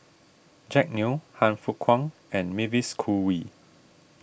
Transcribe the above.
Jack Neo Han Fook Kwang and Mavis Khoo Oei